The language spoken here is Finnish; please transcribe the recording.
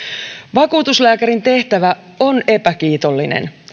vakuutuslääkärin tehtävä on epäkiitollinen